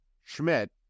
Schmidt